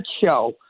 show